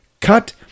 cut